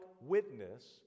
witness